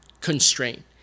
constraint